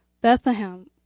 bethlehem